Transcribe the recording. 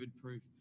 proof